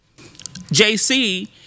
JC